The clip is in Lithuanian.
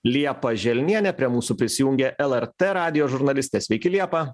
liepa želnienė prie mūsų prisijungė lrt radijo žurnalistė sveiki liepa